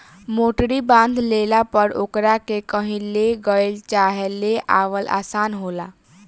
मोटरी बांध लेला पर ओकरा के कही ले गईल चाहे ले आवल आसान होला